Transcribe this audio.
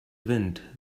wind